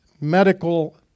medical